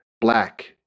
Black